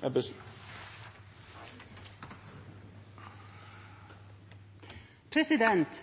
Senterpartiet.